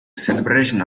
celebration